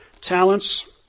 talents